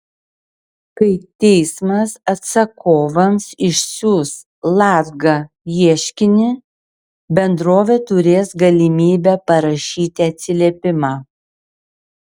kai teismas atsakovams išsiųs latga ieškinį bendrovė turės galimybę parašyti atsiliepimą